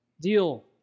deal